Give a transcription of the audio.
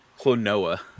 Clonoa